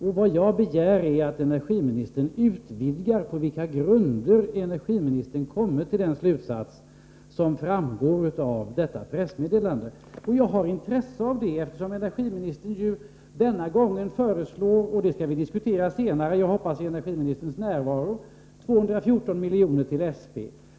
Och vad jag begär är att energiministern uttalar sig närmare om på vilka grunder energiministern har kommit till den slutsats som framgår av detta pressmeddelande. Jag har intresse av detta eftersom energiministern denna gång har föreslagit — det skall vi diskutera senare, som jag hoppas i energiministerns närvaro — 214 milj.kr. till SP.